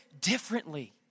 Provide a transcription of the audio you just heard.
differently